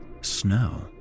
Snow